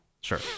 Sure